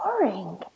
boring